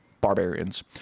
barbarians